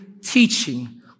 teaching